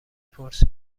پرسی